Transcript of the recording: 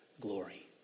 glory